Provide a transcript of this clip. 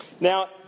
Now